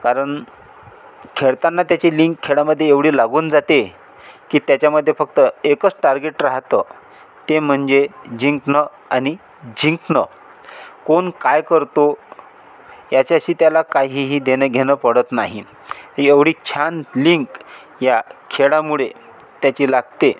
कारण खेळताना त्याची लिंक खेळामध्ये एवढी लागून जाते की त्याच्यामध्ये फक्त एकच टार्गेट राहतं ते म्हणजे जिंकणं आणि जिंकणं कोण काय करतो याच्याशी त्याला काहीही देणंघेणं पडत नाही एवढी छान लिंक या खेळामुळे त्याची लागते